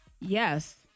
yes